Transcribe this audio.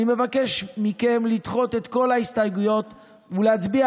אני מבקש מכם לדחות את כל ההסתייגויות ולהצביע